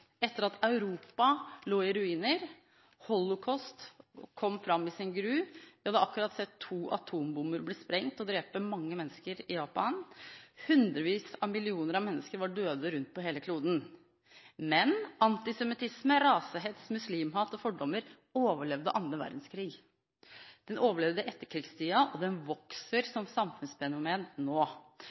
Europa lå i ruiner, holocaust kom fram i all sin gru, vi hadde akkurat sett to atombomber bli sprengt og drepe mange mennesker i Japan, og hundrevis av millioner av mennesker var døde rundt på hele kloden. Men antisemittisme, rasehets, muslimhat og fordommer overlevde annen verdenskrig, det overlevde etterkrigstiden, og det vokser som samfunnsfenomen nå.